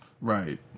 right